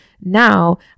now